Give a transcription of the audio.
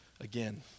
again